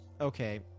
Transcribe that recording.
Okay